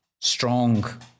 strong